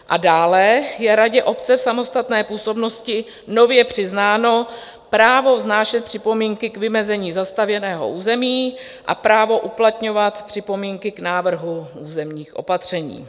A dále je radě obce samostatné působnosti nově přiznáno právo vznášet připomínky k vymezení zastavěného území a právo uplatňovat připomínky k návrhu územních opatření.